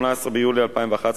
18 ביולי 2011,